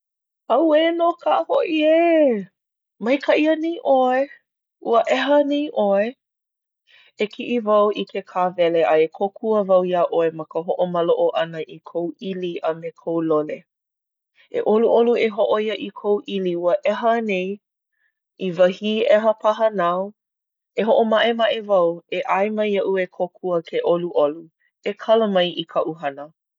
Auē nō kā hoʻi ē! Maikaʻi anei ʻoe? Ua ʻeha anei ʻoe? E kiʻi wau i ke kāwele, a e kōkua wau iā ʻoe ma ka hoʻomaloʻo ʻana i kou ʻili a me kou lole. E ʻoluʻolu e hōʻoia i kou ʻili, ua ʻeha anei? I wahī ʻeha paha nāu? E hoʻomaʻemaʻe wau. E ʻae mai iaʻu e kōkua ke ʻoluʻolu. E kala mai i kaʻu hana.